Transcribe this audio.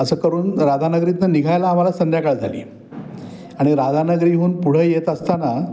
असं करून राधानगरीतून निघायला आम्हाला संध्याकाळ झाली आणि राधानगरीहून पुढं येत असताना